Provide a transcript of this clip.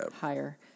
higher